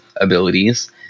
abilities